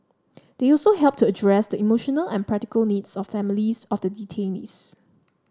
they also helped to address the emotional and practical needs of families of the detainees